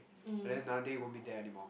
but then another day it won't be there anymore